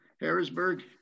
Harrisburg